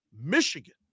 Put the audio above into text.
Michigan